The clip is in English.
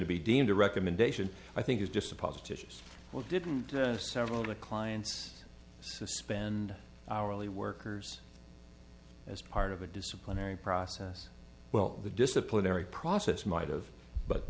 to be deemed a recommendation i think is just a positive as well didn't several of the clients suspend hourly workers as part of a disciplinary process well the disciplinary process might of but